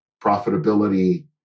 profitability